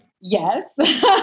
Yes